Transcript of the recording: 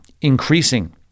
increasing